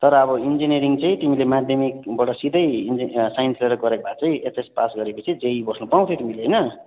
तर अब इन्जिनियरिङ चाहिँ तिमीले माध्यमिकबाट सिधै इन्जि साइन्स लिएर गरेको भए चाहिँ एचएस पास गरेपछि जेइइ बस्नुपाउँथ्यौ तिमीले होइन